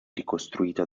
ricostruito